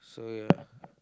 so ya